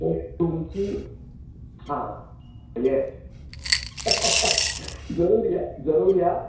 तर तुमची हां येस जरूर या जरूर या